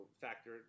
factor